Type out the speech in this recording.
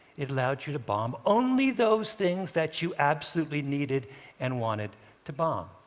it allowed you to bomb only those things that you absolutely needed and wanted to bomb.